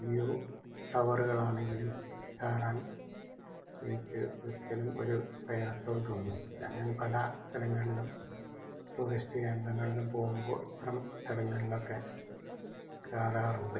view ടവറുകളാണെങ്കിലും കയറാൻ എനിക്ക് ഒരിക്കലും ഒരു പ്രയാസവും തോന്നിയിട്ടില്ല ഞാൻ പല സ്ഥലങ്ങൾലും ടൂറിസ്റ്റ് കേന്ദ്രങ്ങളിലും പോവുമ്പോൾ ഇത്തരം സ്ഥലങ്ങളിലൊക്കെ കയറാറുണ്ട്